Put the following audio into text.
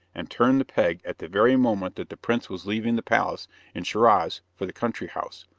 and turned the peg at the very moment that the prince was leaving the palace in schiraz for the country house,